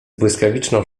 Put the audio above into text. błyskawiczną